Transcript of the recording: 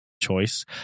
choice